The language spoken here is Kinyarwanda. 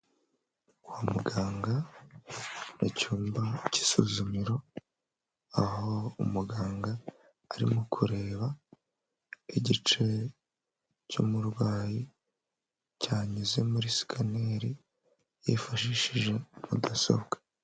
Kwa muganga mucyumba cy'isuzumiro, aho umuganga arimo kureba igice cy'umurwayi cyanyuze muri sikaneri, yifashishije mudasobwa